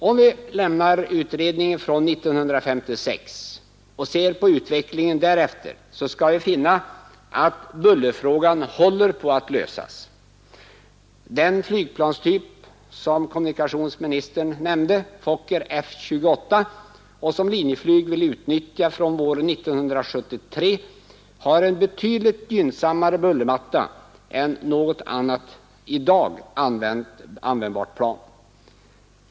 Om vi lämnar utredningen från 1956 och ser på utvecklingen därefter skall vi finna att bullerfrågan håller på att lösas. Den flygplanstyp, Fokker F-28, som kommunikationsministern nämnde och som Linjeflyg vill utnyttja från våren 1973 har en betydligt gynnsammare bullermatta än något annat i dag användbart plan.